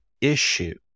issue